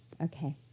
Okay